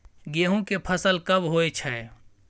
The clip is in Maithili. गेहूं के फसल कब होय छै?